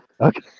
Okay